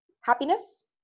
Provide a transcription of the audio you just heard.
happiness